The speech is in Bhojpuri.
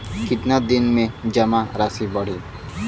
कितना दिन में जमा राशि बढ़ी?